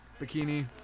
Bikini